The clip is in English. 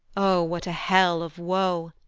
o what a hell of woe!